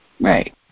Right